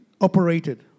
operated